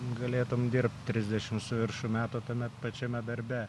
galėtum dirbt trisdešim su viršum metų tame pačiame darbe